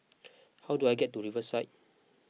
how do I get to Riverside